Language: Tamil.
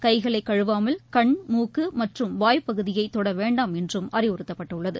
கைகளை கழுவாமல் கண் மூக்கு மற்றும் வாய் பகுதியை தொட வேண்டாம் என்றும் அறிவுறுத்தப்பட்டுள்ளது